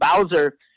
Bowser